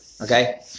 Okay